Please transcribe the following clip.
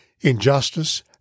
injustice